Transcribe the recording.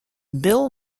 bill